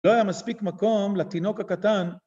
‫לא היה מספיק מקום לתינוק הקטן...